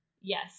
Yes